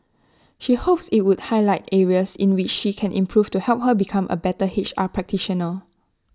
she hopes IT would highlight areas in which she can improve to help her become A better H R practitioner